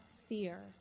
fear